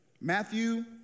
Matthew